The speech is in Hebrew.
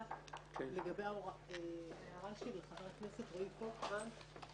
לגבי ההערה של חבר הכנסת רועי פולקמן,